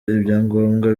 ibyangombwa